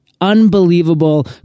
unbelievable